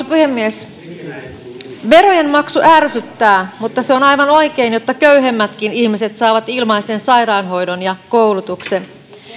puhemies verojen maksu ärsyttää mutta se on aivan oikein jotta köyhemmätkin ihmiset saavat ilmaisen sairaanhoidon ja koulutuksen